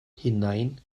hunain